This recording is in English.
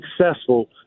successful